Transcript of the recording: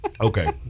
Okay